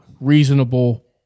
reasonable